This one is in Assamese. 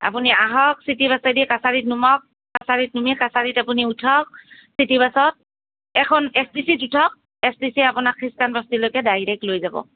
আপুনি আহক চিটি বাছে দি কাছাৰীত নামক কাছাৰীত নামি কাছাৰীত আপুনি উঠক চিটি বাছত এখন এছ টি চিত উঠক এছ টি চিয়ে আপোনাক খ্ৰীষ্টানবস্তিলৈকে ডাইৰেক্ট লৈ যাব